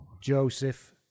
Joseph